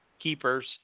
keepers